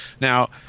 Now